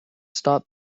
stop